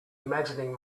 imagining